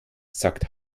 sagt